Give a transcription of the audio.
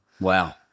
Wow